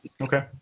Okay